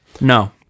no